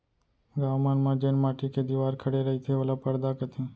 गॉंव मन म जेन माटी के दिवार खड़े रईथे ओला परदा कथें